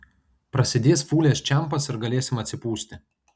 prasidės fūlės čempas ir galėsim atsipūsti